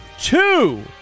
two